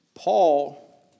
Paul